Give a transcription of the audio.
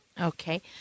Okay